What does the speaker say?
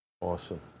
Awesome